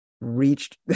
reached